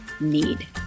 need